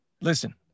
Listen